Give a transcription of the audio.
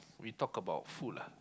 we talk about food lah